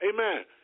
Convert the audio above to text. Amen